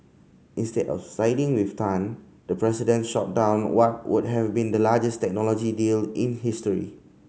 instead of siding with Tan the president shot down what would have been the largest technology deal in history